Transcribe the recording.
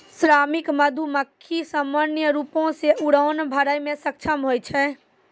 श्रमिक मधुमक्खी सामान्य रूपो सें उड़ान भरै म सक्षम होय छै